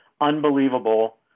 unbelievable